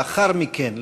לאחר מכן,